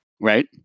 Right